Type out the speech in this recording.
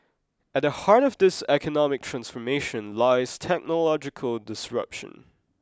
at the heart of this economic transformation lies technological disruption